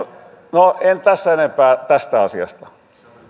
no ei tässä enempää tästä asiasta